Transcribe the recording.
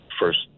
first